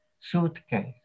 suitcase